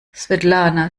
svetlana